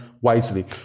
wisely